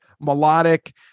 melodic